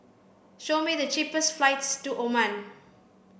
show me the cheapest flights to Oman